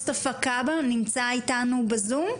כבהה שנמצא איתנו בזום.